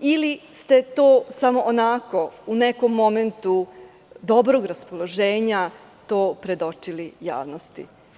ili ste samo onako u nekom momentu dobrog raspoloženja to predočili javnosti.